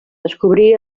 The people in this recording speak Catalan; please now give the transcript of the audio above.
descobrí